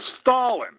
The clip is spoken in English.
Stalin